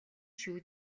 шүү